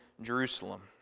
Jerusalem